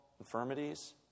infirmities